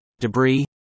Debris